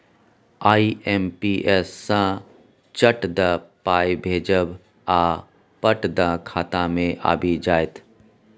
IMPS सँ चट दअ पाय भेजब आ पट दअ खाता मे आबि जाएत